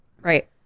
right